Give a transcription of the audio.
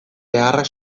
beharrak